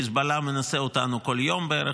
חיזבאללה מנסה אותנו בכל יום בערך,